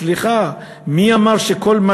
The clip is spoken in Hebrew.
סליחה, מי אמר שכל מה